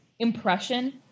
Impression